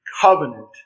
covenant